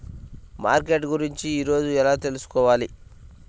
Market గురించి రోజు ఎలా తెలుసుకోవాలి?